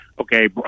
okay